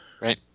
right